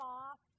off